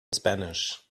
spanish